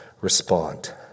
respond